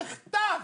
בכתב,